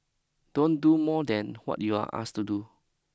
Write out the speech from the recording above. don't do more than what you're asked to do